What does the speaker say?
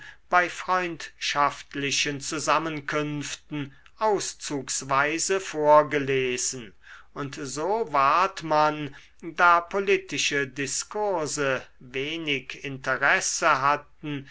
bei freundschaftlichen zusammenkünften auszugsweise vorgelesen und so ward man da politische diskurse wenig interesse hatten